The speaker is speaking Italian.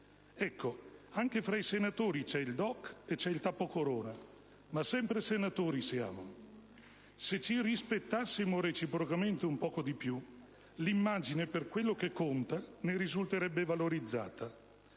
Ecco, anche fra i senatori c'è il DOC e il tappo a corona: ma sempre senatori siamo. Se ci rispettassimo reciprocamente un po' di più, l'immagine - per quello che conta - ne risulterebbe valorizzata.